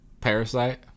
Parasite